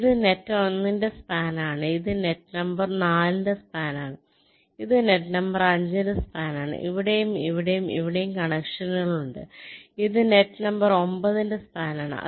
ഇത് നെറ്റ് 1 ന്റെ സ്പാൻ ആണ് ഇത് നെറ്റ് നമ്പർ 4 ന്റെ സ്പാൻ ആണ് ഇത് നെറ്റ് നമ്പർ 5 ന്റെ സ്പാൻ ആണ് ഇവിടെയും ഇവിടെയും ഇവിടെയും കണക്ഷനുകൾ ഉണ്ട് ഇത് നെറ്റ് നമ്പർ 9 ന്റെ സ്പാൻ ആണ്